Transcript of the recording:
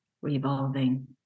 revolving